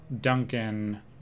Duncan